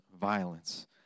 violence